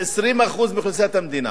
20% מאוכלוסיית המדינה.